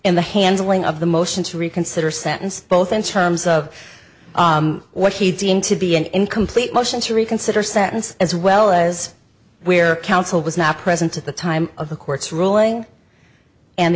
in the handling of the motion to reconsider sentence both in terms of what he deemed to be an incomplete motion to reconsider sentence as well as where counsel was not present at the time of the court's ruling and